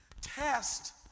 test